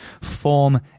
form